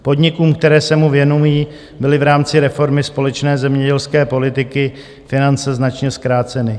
Podnikům, které se mu věnují, byly v rámci reformy společné zemědělské politiky finance značně zkráceny.